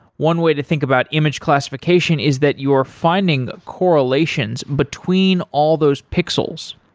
one way to think about image classification is that you are finding correlations between all those pixels.